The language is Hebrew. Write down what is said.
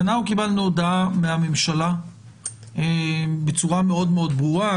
קיבלנו הודעה מהממשלה בצורה מאוד מאוד ברורה,